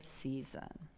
season